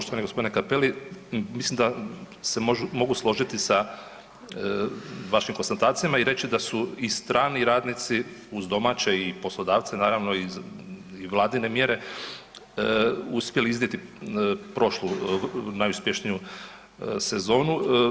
Poštovani g. Cappelli, mislim da se mogu složiti sa vašim konstatacijama i reći da su i strani radnici uz domaće i poslodavce naravno i vladine mjere uspjeli iznijeti prošlu najuspješniju sezonu.